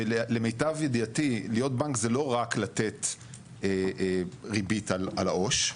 שלמיטב ידיעתי להיות בנק זה לא רק לתת ריבית על העו"ש,